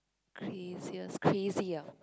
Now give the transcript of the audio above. craziest crazy ah